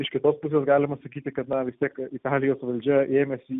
iš kitos pusės galima sakyti kad na vis tiek italijos valdžia ėmėsi